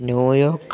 New York